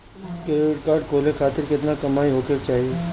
Credit card खोले खातिर केतना कमाई होखे के चाही?